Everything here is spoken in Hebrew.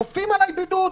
כופים עליי בידוד.